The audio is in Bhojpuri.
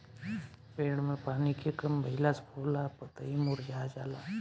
पेड़ में पानी के कम भईला से फूल आ पतई मुरझा जाला